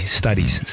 studies